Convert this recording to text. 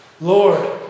Lord